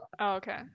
okay